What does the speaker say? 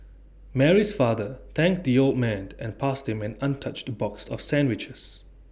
Mary's father thanked the old man and passed him an untouched box of sandwiches